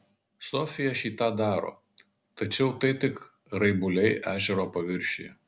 sofija šį tą daro tačiau tai tik raibuliai ežero paviršiuje